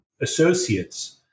associates